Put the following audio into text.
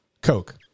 Coke